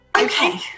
Okay